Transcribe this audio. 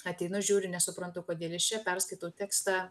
ateinu žiūriu nesuprantu kodėl jis čia perskaitau tekstą